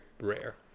rare